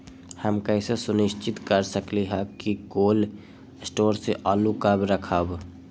हम कैसे सुनिश्चित कर सकली ह कि कोल शटोर से आलू कब रखब?